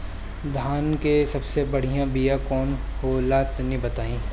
धान के सबसे बढ़िया बिया कौन हो ला तनि बाताई?